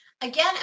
Again